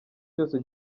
cyose